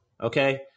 okay